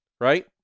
right